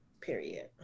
period